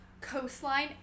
Coastline